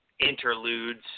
interludes